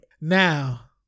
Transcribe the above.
Now